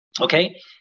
Okay